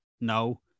no